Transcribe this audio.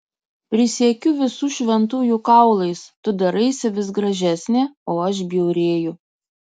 prisiekiu visų šventųjų kaulais tu daraisi vis gražesnė o aš bjaurėju